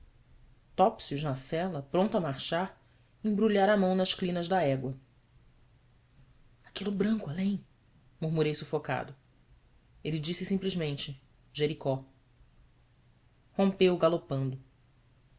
topsius na sela pronto a marchar embrulhara a mão nas crinas da égua aquilo branco além murmurei sufocado ele disse simplesmente jericó rompeu galopando